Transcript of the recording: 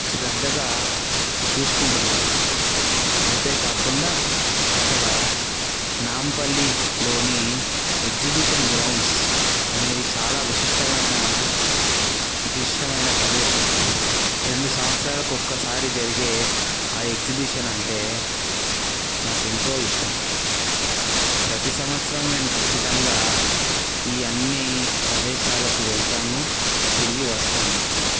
శ్రద్ధగా చూసుకుంటున్నారు అంతేకాకుండా అక్కడ నాంపల్లి లోని ఎగ్జిబిషన్ గ్రౌండ్స్ అనేవి చాలా విశిష్టమైన విశిష్టమైన ప్రదేశం రెండు సంవత్సరాలకు ఒకసారి జరిగే ఆ ఎగ్జిబిషన్ అంటే నాకు ఎంతో ఇష్టం ప్రతి సంవత్సరం నేను ఖచ్చితంగా ఈ అన్ని ప్రదేశాలకు వెళ్తాను తిరిగి వస్తాను